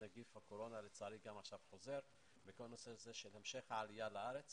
נגיף הקורונה שלצערי חוזר עכשיו בכל הנושא הזה של המשך העלייה בארץ